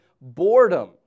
boredom